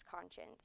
conscience